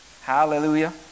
Hallelujah